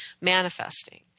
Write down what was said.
manifesting